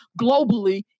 globally